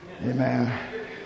Amen